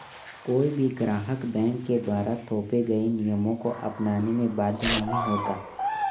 कोई भी ग्राहक बैंक के द्वारा थोपे गये नियमों को अपनाने में बाध्य नहीं होता